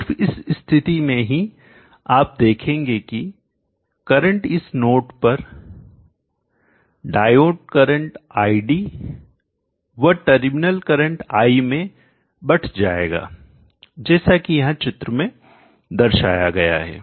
सिर्फ इस स्थिति में ही आप देखेंगे कि करंट इस नोड पर डायोड करंट id व टर्मिनल करंट i में बट जाएगा जैसा कि यहां चित्र में दर्शाया गया है